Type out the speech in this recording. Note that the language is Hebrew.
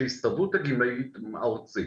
שהסתדרות הגמלאים הארצי,